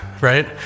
right